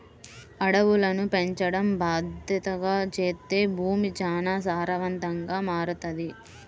అడవులను పెంచడం బాద్దెతగా చేత్తే భూమి చానా సారవంతంగా మారతది